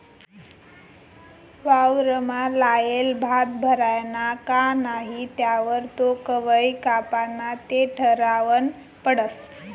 वावरमा लायेल भात भरायना का नही त्यावर तो कवय कापाना ते ठरावनं पडस